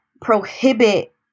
prohibit